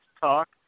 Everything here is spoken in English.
talk